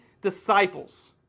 disciples